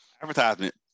Advertisement